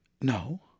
No